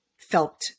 felt